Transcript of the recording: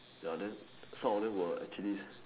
ya then some of them were actually